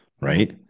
Right